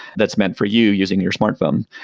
that's meant for you using your smartphone?